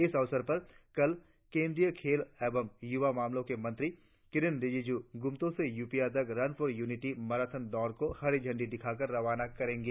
इस अवसर पर कल केंद्रीय खेल एवं युवा मामलों के मंत्री किरेन रिजिजू ग्रम्तो से यूपिया तक रन फॉर यूनिटी मराथन दौड़ को हरी झंडी दिखाकर रवाना करेंगे